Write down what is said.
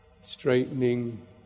straightening